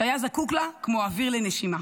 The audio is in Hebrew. שהיה זקוק לה כמו אוויר לנשימה.